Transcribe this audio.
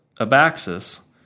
Abaxis